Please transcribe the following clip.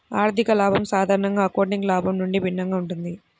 ఆర్థిక లాభం సాధారణంగా అకౌంటింగ్ లాభం నుండి భిన్నంగా ఉంటుంది